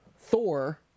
thor